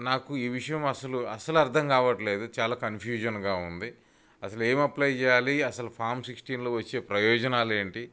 నాకు ఈ విషయం అసలు అసలు అర్ధం కావట్లేదు చాలా కన్ఫ్యూజన్గా ఉంది అసలు ఏమి అప్లై చేయాలి అసలు ఫార్మ్ సిక్స్టీన్లో వచ్చే ప్రయోజనాలు ఏంటి